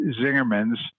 Zingerman's